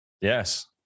Yes